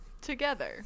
together